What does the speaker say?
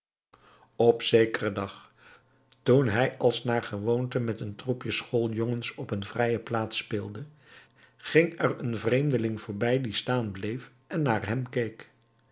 op zekeren dag toen hij als naar gewoonte met een troepje schooljongens op een vrije plaats speelde ging er een vreemdeling voorbij die staan bleef en naar hem